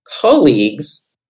colleagues